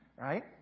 Right